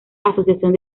asociación